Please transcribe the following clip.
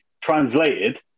translated